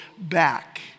back